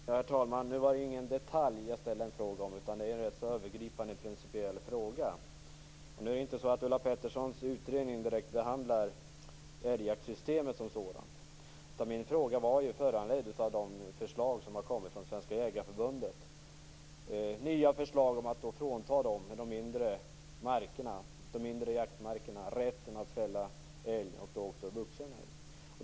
Herr talman! Nu var det ingen detalj jag ställde en fråga om, utan det här är en rätt så övergripande, principiell fråga. Ulla Petterssons utredning behandlar inte direkt älgjaktssystemet som sådant. Min fråga var ju föranledd av de förslag som har kommit från Svenska Jägareförbundet. Det handlar om nya förslag om att frånta dem med mindre jaktmarker rätten att fälla älg, och då också vuxen älg.